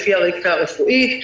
לפי הרקע הרפואי,